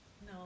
No